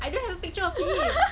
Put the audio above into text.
I don't have a picture of him